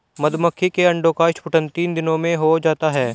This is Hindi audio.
मधुमक्खी के अंडे का स्फुटन तीन दिनों में हो जाता है